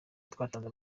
twatanze